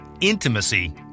intimacy